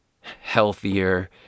healthier